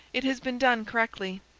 it has been done correctly.